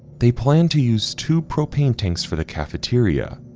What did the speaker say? they plan to use two propane tanks for the cafeteria,